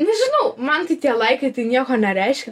nežinau man tai tie laikai tai nieko nereiškia